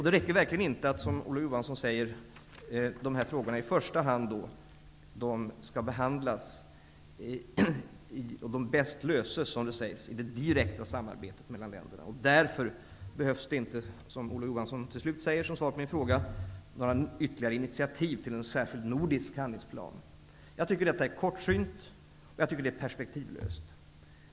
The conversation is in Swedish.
Det räcker verkligen inte att säga, som Olof Johansson gör, att de här frågorna skall behandlas och att de löses bäst i det direkta samarbetet mellan länderna, och att det därför inte behövs, som Olof Johansson till slut säger som svar på min fråga, några ytterligare initiativ till en särskild nordisk handlingsplan. Jag tycker att detta är kortsynt och jag tycker att det är perspektivlöst.